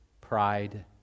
pride